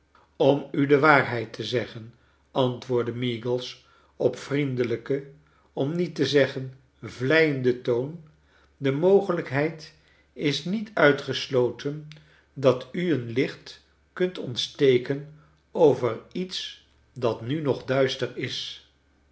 om u de waarheid te zeggen antwoordde meagles op vriendelijken om niet te zeggen vleienden toon de mogelijkheid is niet uitgesloten dat u een licht kunt ontsteken over iets dat nu nog duister is